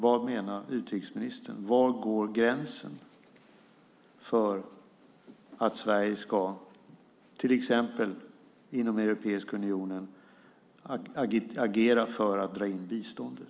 Var menar utrikesministern att gränsen går för att Sverige ska, till exempel inom Europeiska unionen, agera för att dra in biståndet?